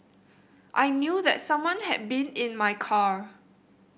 I knew that someone had been in my car